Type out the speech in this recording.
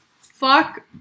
Fuck